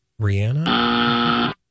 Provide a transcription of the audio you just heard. Rihanna